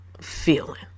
Feeling